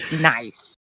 nice